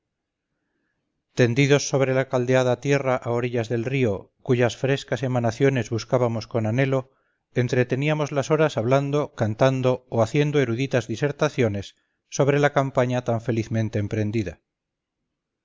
tendidos sobre la caldeada tierra a orillas del río cuyas frescas emanaciones buscábamos con anhelo entreteníamos las horas hablando cantando o haciendo eruditas disertaciones sobre la campaña tan felizmente emprendida